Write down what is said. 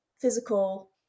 physical